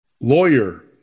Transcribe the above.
lawyer